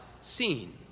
seen